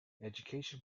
education